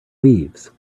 leaves